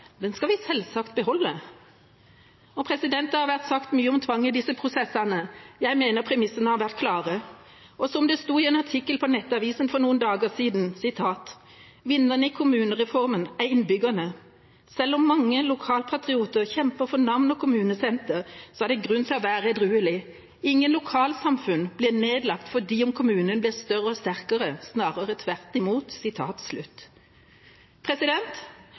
men identiteten vår til Randesund, Vågsbygd, Langenes eller Nodeland skal vi selvsagt beholde. Det har vært sagt mye om tvang i disse prosessene. Jeg mener premissene har vært klare. Og som det sto i en artikkel på Nettavisen for noen dager siden: «Vinnerne i kommunereformen er innbyggerne. Selv om mange lokalpatrioter kjemper for navnet og kommunesenteret, er det grunn til å være edruelig: Ingen lokalsamfunn blir nedlagt fordi kommunen blir større og sterkere – snarere tvert imot.»